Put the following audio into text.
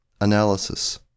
Analysis